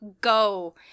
go